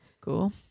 Cool